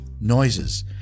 Noises